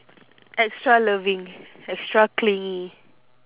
extra loving extra clingy